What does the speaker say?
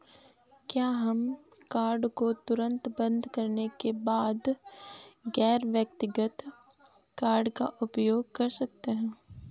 क्या हम कार्ड को तुरंत बंद करने के बाद गैर व्यक्तिगत कार्ड का उपयोग कर सकते हैं?